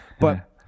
But-